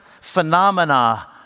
phenomena